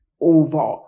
over